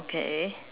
okay